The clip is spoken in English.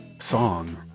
song